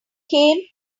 came